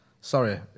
Sorry